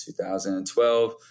2012